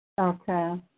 Okay